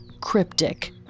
cryptic